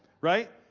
Right